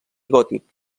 gòtic